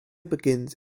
begins